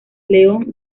león